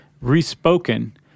re-spoken